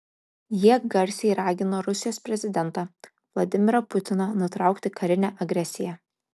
jie garsiai ragino rusijos prezidentą vladimirą putiną nutraukti karinę agresiją